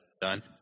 done